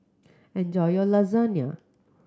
enjoy your Lasagne